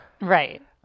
right